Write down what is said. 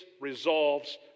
resolves